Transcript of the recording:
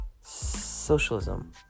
Socialism